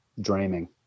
dreaming